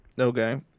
Okay